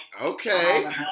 Okay